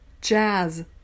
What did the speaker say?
jazz